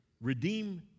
redeem